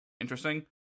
interesting